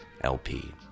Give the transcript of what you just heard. LP